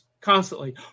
constantly